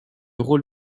rôle